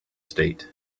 state